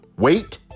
Wait